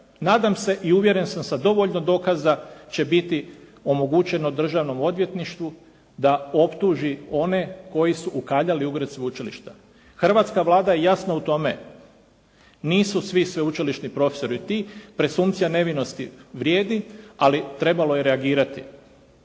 Nadam se i uvjeren sam sa dovoljno dokaza će biti omogućeno Državnom odvjetništvu da optuži one koji su ukaljali ugled sveučilišta. Hrvatska Vlada je jasna u tome, nisu svi sveučilišni profesori ti, presumpcija nevinosti vrijedi, ali trebalo je reagirati.